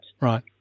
Right